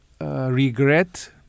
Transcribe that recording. regret